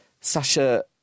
Sasha